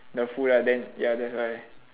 the food lah then ya that's why